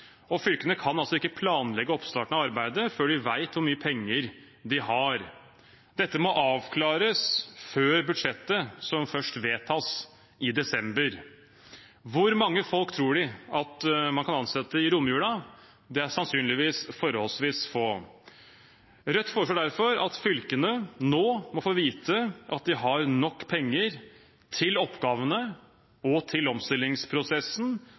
og fylkene kan ikke planlegge oppstarten av arbeidet før de vet hvor mye penger de har. Dette må avklares før budsjettet, som først vedtas i desember. Hvor mange folk tror de at man kan ansette i romjula? Det er sannsynligvis forholdsvis få. Rødt foreslår derfor at fylkene nå må få vite at de har nok penger til oppgavene og til omstillingsprosessen